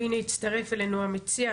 והנה הצטרף אלינו המציע,